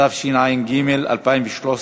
התשע"ג 2013,